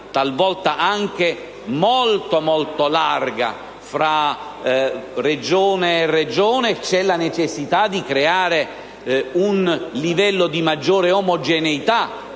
talvolta molto ampia fra Regione e Regione e c'è la necessità di creare un livello di maggiore omogeneità